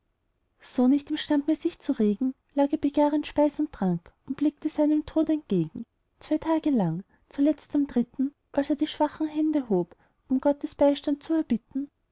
so nicht imstand mehr sich zu regen lag er entbehrend speis und trank und blickte seinem tod entgegen zwei tage lang zuletzt am dritten als er die schwachen hände hob um gottes beistand zu erbitten